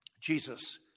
Jesus